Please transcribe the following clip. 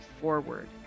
forward